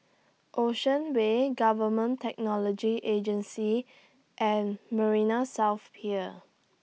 Ocean Way Government Technology Agency and Marina South Pier